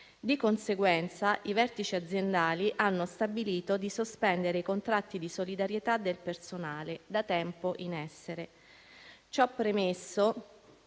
Di conseguenza, i vertici aziendali hanno stabilito di sospendere i contratti di solidarietà del personale da tempo in essere. Ciò premesso,